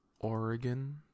oregon